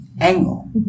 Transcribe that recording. angle